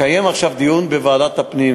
לקיים עכשיו דיון בוועדת הפנים,